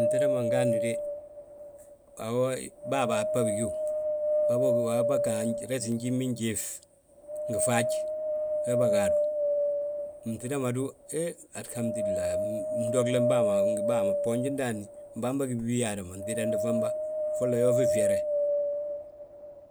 Binŧida ma ngaadni woobo we, baa bahabi bigiw, waabo bâga aresi njiminjiif, ngi faaj we bâgaadu. Binŧida ma du, he halihamudulay, gdoongle bàa ma ngi bâa ma, boonji ndaani baamba gi bibiyaada ma, nŧidande famba, folla yoofi fyere.